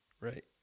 Right